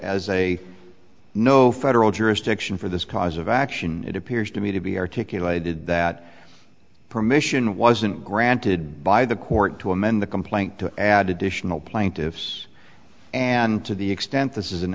as a no federal jurisdiction for this cause of action it appears to me to be articulated that permission wasn't granted by the court to amend the complaint to add additional plaintiffs and to the extent this is an